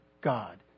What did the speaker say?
God